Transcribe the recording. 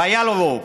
והיה לו רוב.